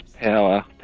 power